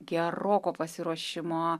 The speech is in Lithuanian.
geroko pasiruošimo